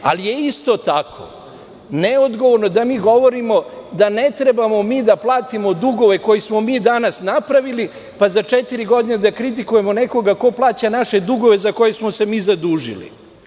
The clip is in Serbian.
Ali, isto tako, neodgovorno je da mi govorimo da ne trebamo mi da platimo dugove koje smo danas napravili, pa za četiri godine da kritikujemo nekoga ko plaća naše dugove za koje smo se mi zadužili.